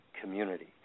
community